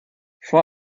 vor